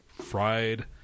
fried